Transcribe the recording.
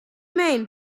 mean